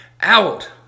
out